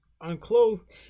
unclothed